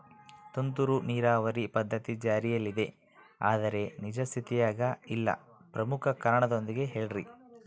ತುಂತುರು ನೇರಾವರಿ ಪದ್ಧತಿ ಜಾರಿಯಲ್ಲಿದೆ ಆದರೆ ನಿಜ ಸ್ಥಿತಿಯಾಗ ಇಲ್ಲ ಪ್ರಮುಖ ಕಾರಣದೊಂದಿಗೆ ಹೇಳ್ರಿ?